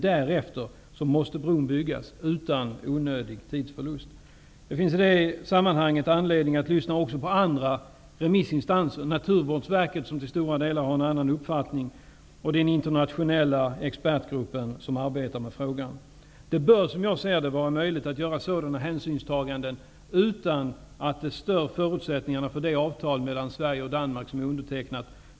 Därefter måste bron byggas utan onödig tidsförlust. I det sammanhanget finns det anledning att lyssna också på andra remissinstanser -- Naturvårdsverket som till stora delar har en annan uppfattning och den internationella expertgrupp som arbetar med frågan. Det bör vara möjligt att göra sådana hänsynstaganden utan att det stör förutsättningarna för det avtal mellan Sverige och Danmark som är undertecknat.